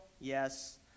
Yes